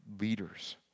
leaders